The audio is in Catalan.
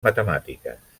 matemàtiques